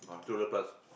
to the plants